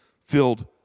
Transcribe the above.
filled